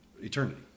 eternity